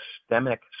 systemic